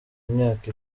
imyaka